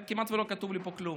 כמעט לא כתוב לי פה כלום.